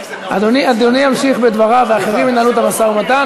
אדוני ימשיך בדבריו ואחרים ינהלו את המשא-ומתן,